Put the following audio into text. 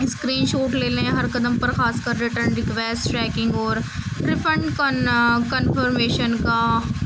screen shoot لے لیں ہر قدم پر خاص کر ریٹرن ریکویسٹ ٹیکنگ اور ریفنڈ کرنا کنفرمیشن کا